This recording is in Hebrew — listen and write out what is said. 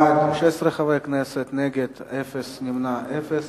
בעד, 16, נגד, אין, נמנעים, אין.